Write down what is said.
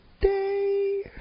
day